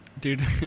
Dude